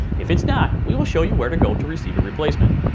if it's not, we will show you where to go to receive a replacement.